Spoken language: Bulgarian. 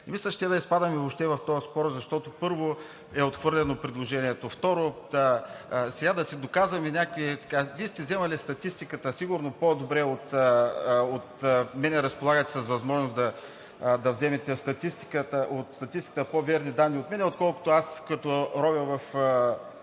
ми се ще да изпадаме въобще в този спор, защото, първо, е отхвърлено предложението, второ, да си доказваме някакви ей така. Вие сте взели от Статистиката – сигурно по-добре от мен разполагате с възможност да вземете от Статистиката по-верни данни от мен, отколкото аз като ровя в